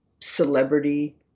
celebrity